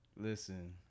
Listen